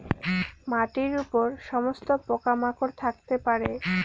মাটির উপর সমস্ত পোকা মাকড় থাকতে পারে